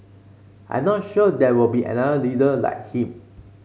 I'm not sure there will be another leader like him